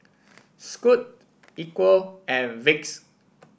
Scoot Equal and Vicks